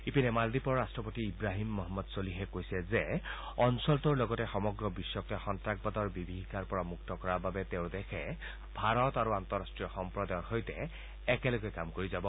ইপিনে মালদ্বীপৰ ৰাট্টপতি ইৱাহীম মহম্মদ চলিহে কৈছে যে অঞ্চলটোৰ লগতে সমগ্ৰ বিধকে সন্ত্ৰাসবাদৰ বিভীযিকাৰ পৰা মুক্ত কৰাৰ বাবে তেওঁৰ দেশে ভাৰত আৰু আন্তঃৰাষ্ট্ৰীয় সম্প্ৰদায়ৰ সৈতে একেলগে কাম কৰি যাব